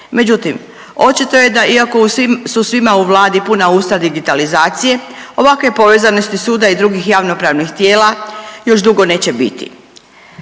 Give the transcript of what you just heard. Međutim, očito je da iako u svim, su svima u Vladi puna usta digitalizacije ovakve povezanosti suda i drugih javnopravnih tijela još dugo neće biti.